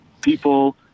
People